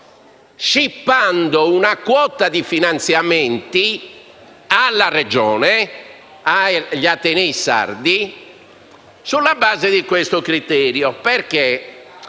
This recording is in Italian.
scippando una quota di finanziamenti agli atenei sardi sulla base di questo criterio, perché